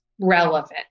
relevant